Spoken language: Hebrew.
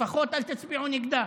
לפחות אל תצביעו נגדה.